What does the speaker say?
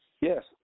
Yes